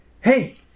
hey